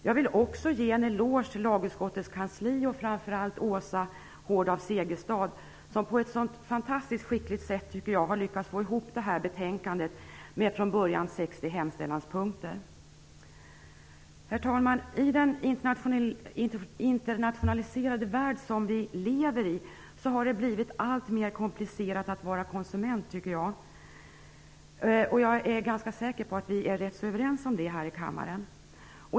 Jag vill också ge en eloge till lagutskottets kansli, framför allt till Åsa Hård af Segerstad, som på ett fantastiskt skickligt sätt har lyckats få ihop detta betänkande som från början innehöll 60 hemställanspunkter. Herr talman! I den internationaliserade värld som vi lever i har det blivit alltmer komplicerat att vara konsument. Jag är ganska säker på att vi är överens om det här i kammaren.